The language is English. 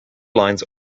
lines